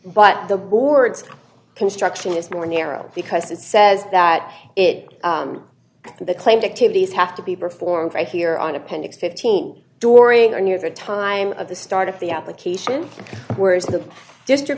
but the board's construction is more narrow because it says that it the claimed activities have to be performed right here on appendix fifteen during or near the time of the start of the application whereas the dist